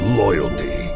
loyalty